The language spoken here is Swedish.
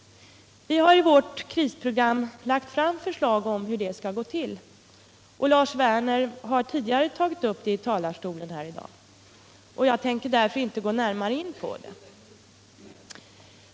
Vi har i vårt krisprogram lagt fram förslag om hur detta skall gå till, och Lars Werner hartidigare tagit upp det från kammarens talarstol i dag. Jag tänker därför inte gå närmare in på det.